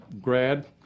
grad